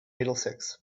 middlesex